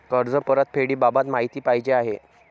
कर्ज परतफेडीबाबत माहिती पाहिजे आहे